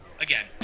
again